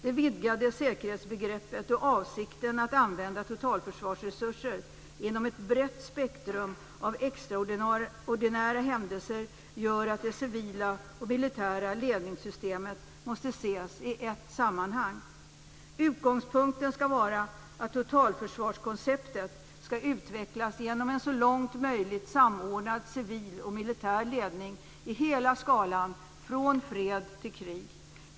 Det vidgade säkerhetsbegreppet och avsikten att använda totalförsvarsresurser inom ett brett spektrum av extraordinära händelser gör att det civila och det militära ledningssystemet måste ses i ett sammanhang. Utgångspunkten skall vara att totalförsvarskonceptet skall utvecklas genom en så långt möjligt samordnad civil och militär ledning i hela skalan från fred till krig.